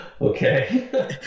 Okay